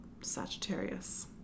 Sagittarius